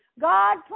God